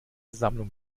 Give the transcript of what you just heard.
sammlung